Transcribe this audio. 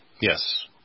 Yes